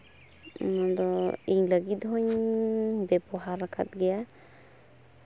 ᱚᱱᱟᱫᱚ ᱤᱧ ᱞᱟᱹᱜᱤᱫ ᱦᱚᱸᱧ ᱵᱮᱵᱚᱦᱟᱨ ᱟᱠᱟᱫ ᱜᱮᱭᱟ